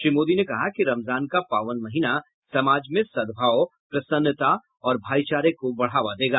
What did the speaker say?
श्री मोदी ने कहा कि रमजान का पावन महीना समाज में सद्भाव प्रसन्नता और भाइचारे को बढावा देगा